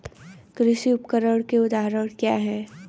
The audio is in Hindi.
कृषि उपकरण के उदाहरण क्या हैं?